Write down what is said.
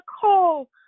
call